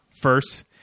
first